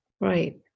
Right